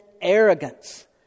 arrogance